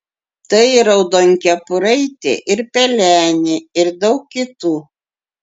tai ir raudonkepuraitė ir pelenė ir daug kitų